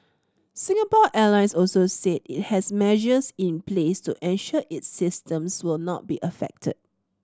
Singapore Airlines also said it has measures in place to ensure its systems will not be affected